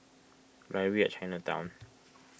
Library at Chinatown